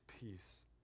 peace